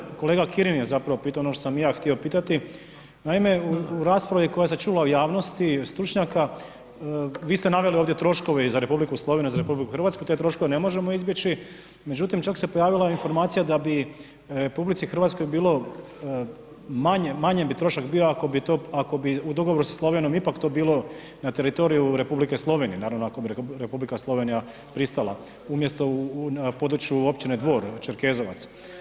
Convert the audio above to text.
Dakle kolega Kirin je zapravo pitao ono što sam ja htio pitati, naime u raspravi koja se čuva u javnosti od stručnjaka, vi ste naveli ovdje troškove i za Republiku Sloveniju i RH, te troškove ne možemo izbjeći, međutim čak se pojavila informacija da bi RH bilo manji bi trošak bio ako bi u dogovoru sa Slovenijom ipak to bilo na teritoriju Republike Slovenije, naravno ako bi Republika Slovenija pristala umjesto na području općine Dvor, Čerkezovac.